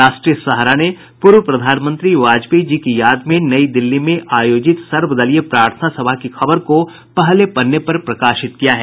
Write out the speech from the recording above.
राष्ट्रीय सहारा ने पूर्व प्रधानमंत्री वाजपेयी जी की याद में नई दिल्ली में आयोजित सर्वदलीय प्रार्थना सभा की खबर को पहले पन्ने पर प्रकाशित किया है